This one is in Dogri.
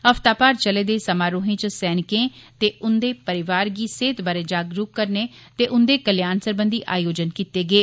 हफ्ता भर चले दे समारोहें च सैनिकें ते उंदे परिवार गी सेह्त बारे जागरूक करने ते उंदे कल्याण सरबंधी आयोजन कीते गे